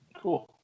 Cool